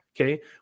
Okay